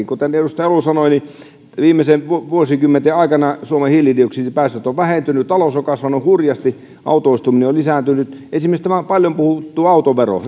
kuten edustaja elo sanoi niin viimeisten vuosikymmenten aikana suomen hiilidioksidipäästöt ovat vähentyneet talous on kasvanut hurjasti autoistuminen on lisääntynyt esimerkiksi tämä paljon puhuttu autovero